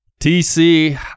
TC